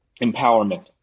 empowerment